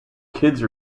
kids